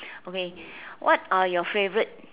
okay what are your favourite